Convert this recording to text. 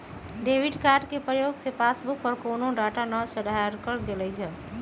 debit card के प्रयोग से पासबुक पर कोनो डाटा न चढ़ाएकर गेलइ ह